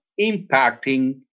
impacting